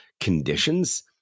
conditions